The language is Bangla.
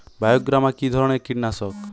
বায়োগ্রামা কিধরনের কীটনাশক?